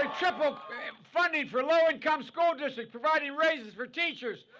ah triple funding for low income school districts, providing raises for teachers,